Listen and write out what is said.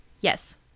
Yes